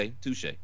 touche